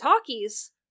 talkies